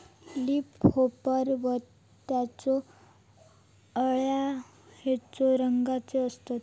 Leaf hopper व त्यानचो अळ्या खैचे रंगाचे असतत?